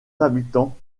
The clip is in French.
habitants